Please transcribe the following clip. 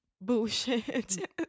bullshit